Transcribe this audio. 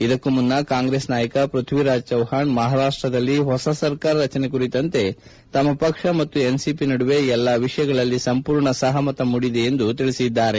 ಇದಕ್ಕೂ ಮುನ್ನ ಕಾಂಗ್ರೆಸ್ ನಾಯಕ ಪ್ಪಥ್ಲಿರಾಜ್ ಚೌವ್ವಾಣ್ ಮಹಾರಾಷ್ಸದಲ್ಲಿ ಹೊಸ ಸರ್ಕಾರ ರಚನೆ ಕುರಿತಂತೆ ತಮ್ನ ಪಕ್ಷ ಮತ್ತು ಎನ್ಸಿಪಿ ನಡುವೆ ಎಲ್ಲಾ ವಿಷಯಗಳಲ್ಲಿ ಸಂಪೂರ್ಣ ಸಹಮತ ಮೂಡಿದೆ ಎಂದು ಹೇಳಿದ್ದಾರೆ